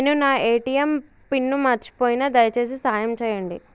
నేను నా ATM pin మర్చిపోయిన, దయచేసి సాయం చేయండి